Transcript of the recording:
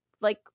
like-